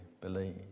believe